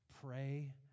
pray